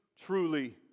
truly